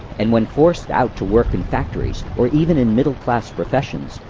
and, when forced out to work in factories, or even in middle-class professions,